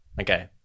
Okay